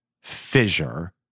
fissure